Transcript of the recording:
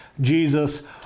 Jesus